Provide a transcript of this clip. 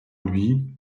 lui